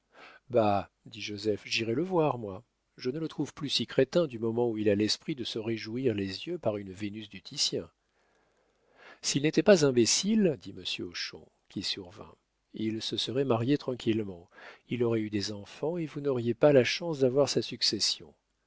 bah dit joseph j'irai le voir moi je ne le trouve plus si crétin du moment où il a l'esprit de se réjouir les yeux par une vénus du titien s'il n'était pas imbécile dit monsieur hochon qui survint il se serait marié tranquillement il aurait eu des enfants et vous n'auriez pas la chance d'avoir sa succession